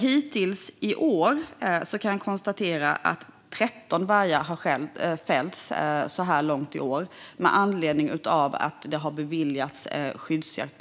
Hittills i år kan jag konstatera att 13 vargar har fällts med anledning av att det har beviljats skyddsjakt.